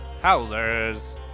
Howlers